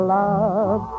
love